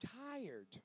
tired